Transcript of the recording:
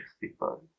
people